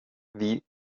wie